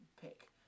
pick